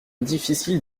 difficile